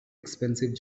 expensive